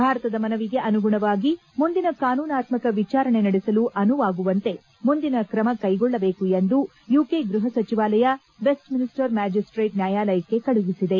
ಭಾರತದ ಮನವಿಗೆ ಅನುಗುಣವಾಗಿ ಮುಂದಿನ ಕಾನೂನಾತ್ಮಕ ವಿಚಾರಣೆ ನಡೆಸಲು ಅನುವಾಗುವಂತೆ ಮುಂದಿನ ಕ್ರಮ ಕೈಗೊಳ್ಳಬೇಕು ಎಂದು ಯುಕೆ ಗೃಹ ಸಚಿವಾಲಯ ಮೆಸ್ಟ್ ಮಿನ್ಸ್ಟರ್ ಮ್ಥಾಜಿಸ್ಟೇಟ್ ನ್ಯಾಯಾಲಯಕ್ಕೆ ಕಳುಹಿಸಿದೆ